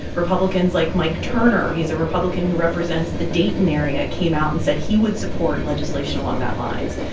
republicans like mike turner he's a republican who represents the dayton area came out and said he would support legislation along that lines.